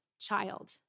child